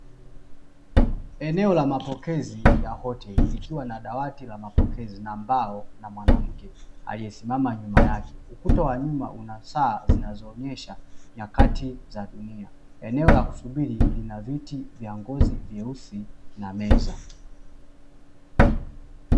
Eneo la mapokezi ya hoteli likiwa na dawati la mapokezi na mbao na mwanamke aliyesimama nyuma yake, huku ukuta wa nyuma zina saa zinazoonesha nyakati za dunia. Eneo la kusubiri lina viti vya ngozi vyeusi na meza.